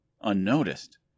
unnoticed